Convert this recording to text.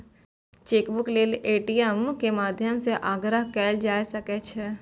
chequebook लेल ATM के माध्यम सं आग्रह कैल जा सकै छै